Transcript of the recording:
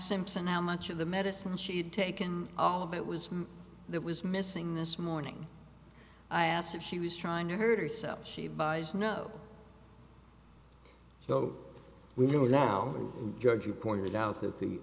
simpson how much of the medicine she had taken all of it was that was missing this morning i asked if she was trying to hurt herself she buys no so we know now judge you pointed out t